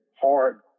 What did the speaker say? hard